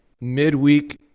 midweek